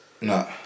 No